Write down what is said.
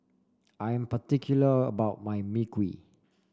I am particular about my Mui Kee